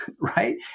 right